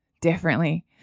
differently